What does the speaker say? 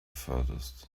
furthest